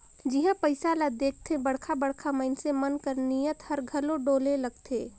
जिहां पइसा ल देखथे बड़खा बड़खा मइनसे मन कर नीयत हर घलो डोले लगथे